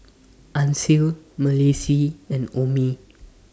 Ancil Malissie and Omie